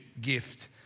gift